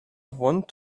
want